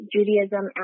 Judaism